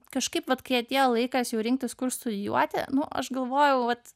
kažkaip vat kai atėjo laikas jau rinktis kur studijuoti nu aš galvojau vat